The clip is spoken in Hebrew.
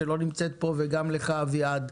גם לך אביעד,